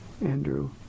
Andrew